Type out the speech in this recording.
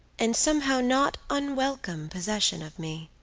and, somehow, not unwelcome, possession of me.